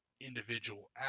individual